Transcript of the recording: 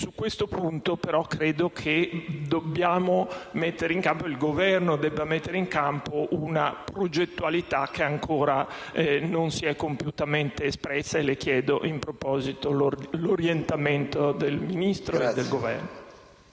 Su questo punto, però, credo che il Governo debba mettere in campo una progettualità che ancora non si è compiutamente espressa e chiedo, in proposito, l'orientamento del Ministro e del Governo.